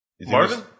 Marvin